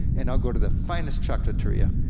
and i'll go to the finest chocolateria,